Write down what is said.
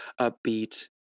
upbeat